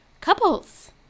couples